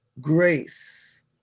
grace